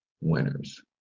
winners